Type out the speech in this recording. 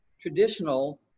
traditional